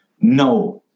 no